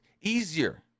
easier